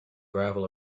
gravel